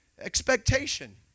Expectation